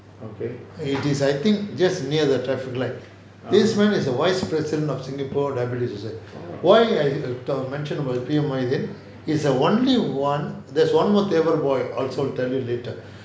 it is I think just near the traffic light this man is a vice president of singapore diabetes society why I talk mention about P_M mohideen is only one there's one more tamil boy also I'll tell you later